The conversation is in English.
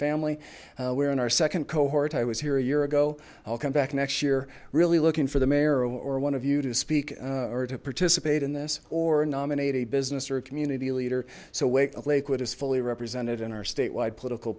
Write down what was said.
family we're in our second cohort i was here a year ago i'll come back next year really looking for the mayor or one of you to speak or to participate in this or nominate a business or community leader so wait lakewood is fully represented in our statewide political